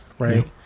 Right